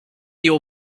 your